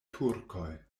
turkoj